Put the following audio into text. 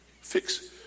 Fix